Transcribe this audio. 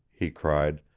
he cried,